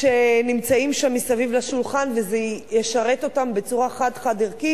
שנמצאים שם מסביב לשולחן וזה ישרת אותם בצורה חד-חד-ערכית,